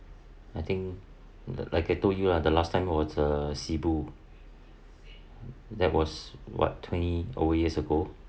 I think the like I told you lah the last time it was the sibu that was what twenty over years ago